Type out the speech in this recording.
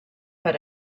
per